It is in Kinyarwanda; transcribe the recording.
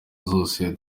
zose